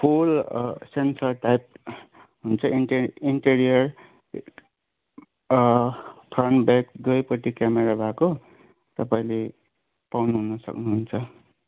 फुल sensor type हुन्छ इन्टे interior front back दुवैपट्टि क्यामेरा भएको तपाईँंले पाउनु हुनु सक्नुहुन्छ